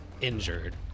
injured